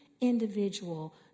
individual